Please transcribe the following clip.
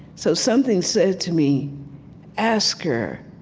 so something said to me ask her,